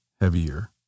heavier